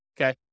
Okay